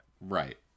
Right